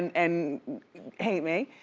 and hate me,